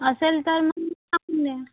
असेल तर मग पाठवून द्या